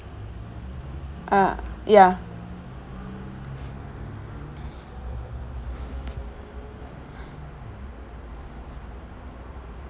ah ya